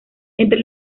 entre